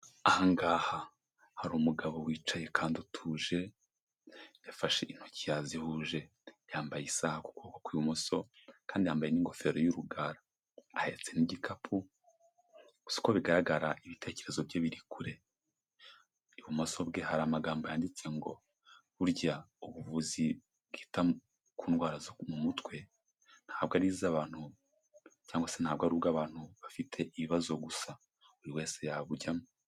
Aha ngaha hari umugabo wicaye kandi utuje, yafashe intoki yazihuje, yambaye isaaha ku kuboko kw'imoso, kandi yambaye n'ingofero y'urugara, ahetse n'igikapu, gusa uko bigaragara ibitekerezo bye biri kure, ibumoso bwe hari amagambo yanditse ngo, burya ubuvuzi bwita ku ndwara zo mu mutwe ntabwo ari iz'abantu cyangwase ntabwo ari ubw'abantu bafite ibibazo gusa, buri wese yabujyamo.